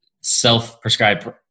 self-prescribed